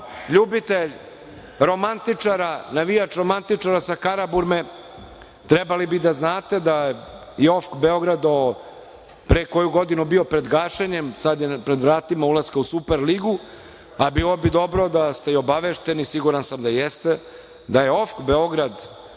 ljubitelj „Romantičara“, navijač „Romantičara“ sa Karaburme, trebalo bi da znate da je OFK Beograd do pre koju godinu bio pred gašenjem, sad je pred vratima ulaska u Superligu, a bilo bi dobro da ste i obavešteni, siguran sam da jeste, da je OFK Beograd